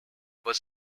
was